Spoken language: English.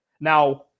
Now